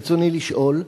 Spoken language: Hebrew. רצוני לשאול: